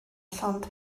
llond